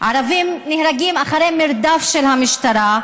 ערבים נהרגים אחרי מרדף של המשטרה,